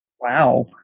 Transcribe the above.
Wow